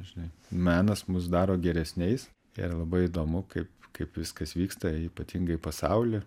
žinai menas mus daro geresniais ir labai įdomu kaip kaip viskas vyksta ypatingai pasauly